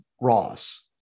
Ross